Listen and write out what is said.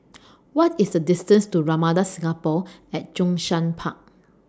What IS The distance to Ramada Singapore At Zhongshan Park